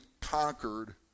conquered